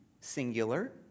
singular